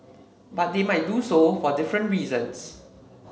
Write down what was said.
but they might do so for different reasons